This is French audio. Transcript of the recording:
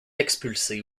expulsés